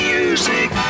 Music